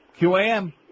QAM